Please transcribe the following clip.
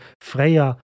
Freya